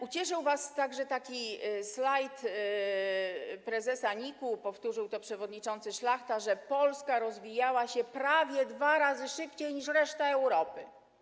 Ucieszył was także taki slajd prezesa NIK-u pokazujący - powtórzył to przewodniczący Szlachta - że Polska rozwijała się prawie dwa razy szybciej niż reszta Europy.